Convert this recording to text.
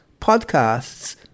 podcasts